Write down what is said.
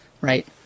right